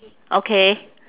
okay